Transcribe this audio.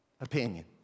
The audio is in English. Opinion